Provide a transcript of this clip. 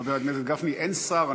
חבר הכנסת גפני, אין שר.